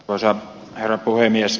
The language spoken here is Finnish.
arvoisa herra puhemies